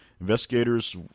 investigators